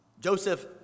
Joseph